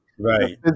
Right